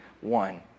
one